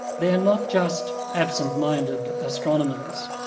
they're not just absent-minded astronomers,